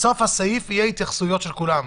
בסוף הסעיף יהיו התייחסויות של כולם.